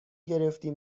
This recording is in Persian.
گرفتیم